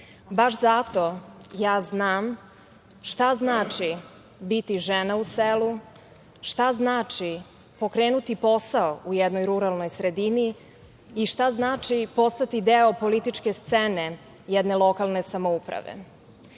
Baš zato ja znam šta znači biti žena u selu, šta znači pokrenuti posao u jednoj ruralnoj sredini i šta znači postati deo političke scene jedne lokalne samouprave. Tako